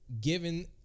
Given